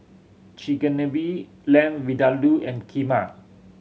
Chigenabe Lamb Vindaloo and Kheema